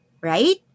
Right